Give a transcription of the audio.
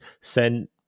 send